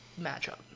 matchup